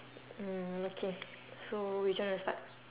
mm okay so which one you wanna start